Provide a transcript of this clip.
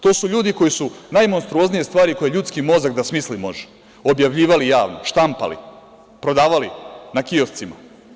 To su ljudi koji su najmonstruoznije stvari koje ljudski mozak može da smisli, objavljivali javno, štampali, prodavali na kioscima.